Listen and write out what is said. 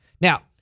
Now